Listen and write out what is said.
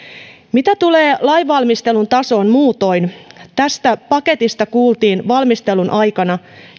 mitä tulee lainvalmistelun tasoon muutoin tästä paketista kuultiin valmistelun aikana